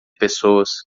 pessoas